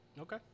Okay